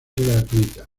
gratuita